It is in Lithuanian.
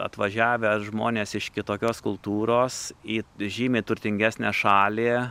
atvažiavę žmonės iš kitokios kultūros į žymiai turtingesnę šalį